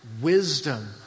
wisdom